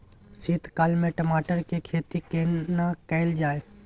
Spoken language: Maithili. शीत काल में टमाटर के खेती केना कैल जाय?